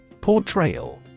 Portrayal